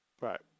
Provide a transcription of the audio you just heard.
Right